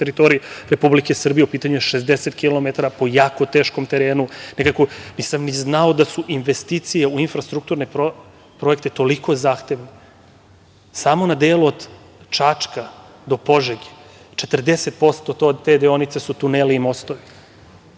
teritoriji Republike Srbije, u pitanju je 60 kilometara po jako teškom terenu. Nekako, nisam ni znao da su investicije u infrastrukturne projekte toliko zahtevne. Samo na delu od Čačka do Požege 40% te deonice su tuneli i mostovi. Mi